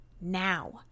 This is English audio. now